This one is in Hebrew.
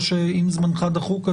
או שאם זמנך דחוק,